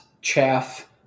Chaff